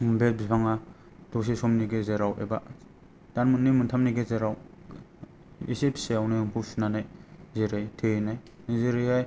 बे बिफाङा दसे समनि गेजेराव एबा दान मोननै मोनथामनि गेजेराव एसे फिसायावनो एम्फौ सुनानै जेरै थेरैनो जेरैहाय